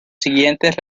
siguientes